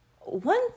one